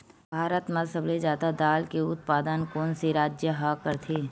भारत मा सबले जादा दाल के उत्पादन कोन से राज्य हा करथे?